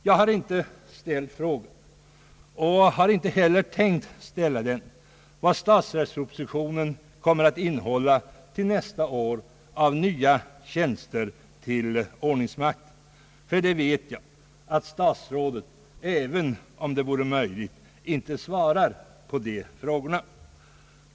Jag har inte ställt frågan, och har inte heller tänkt ställa den, vad statsverkspropositionen kommer att innehålla nästa år av nya tjänster till ordningmakten, ty jag vet att statsrådet, även om det vore möjligt, inte svarar på sådana frågor.